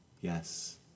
yes